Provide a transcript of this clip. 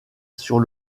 sur